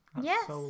Yes